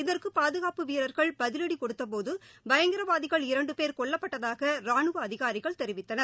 இதற்கு பாதுகாப்பு வீரர்கள் பதிவடி கொடுத்தபோது பயங்கரவாதிகள் இரண்டுபோ் கொல்லப்பட்டதாக ராணுவ அதிகாரிகள் தெரிவித்தனர்